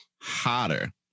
hotter